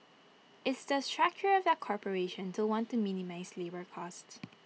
it's the structure of the corporation to want to minimise labour costs